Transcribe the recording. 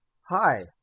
Hi